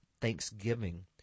thanksgiving